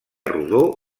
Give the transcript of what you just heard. rodó